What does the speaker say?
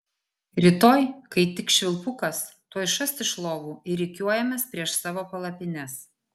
rytoj kai tik švilpukas tuoj šast iš lovų ir rikiuojamės prieš savo palapines